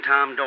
Tom